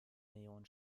millionen